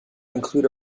include